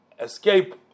escape